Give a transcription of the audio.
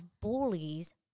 bullies